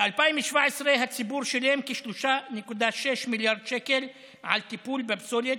ב-2017 הציבור שילם כ-3.6 מיליארד שקל על טיפול בפסולת,